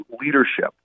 leadership